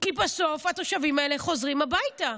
כי בסוף התושבים האלה חוזרים הביתה.